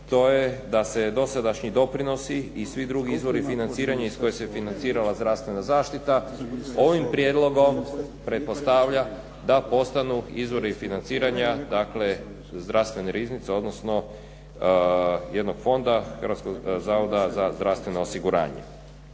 to je da se dosadašnji doprinosi i svi drugi izvori financiranja iz koje se financirala zdravstvena zaštita ovim prijedlogom pretpostavlja da postanu izvori financiranja Zdravstvene riznice, odnosno jednog fonda Hrvatskog zavoda za zdravstveno osiguranje.